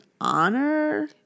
honor